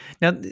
Now